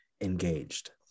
engaged